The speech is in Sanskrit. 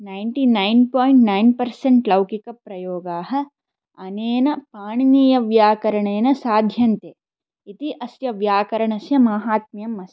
ninety nine point nine percentage लौकिकप्रयोगाः अनेन पाणीनीयव्याकरणेन साध्यन्ते इति अस्य व्याकरणस्य माहात्म्यम् अस्ति